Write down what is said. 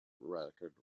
record